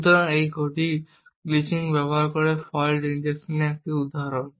সুতরাং এটি ঘড়ির গ্লিচিং ব্যবহার করে ফল্ট ইনজেকশনের একটি উদাহরণ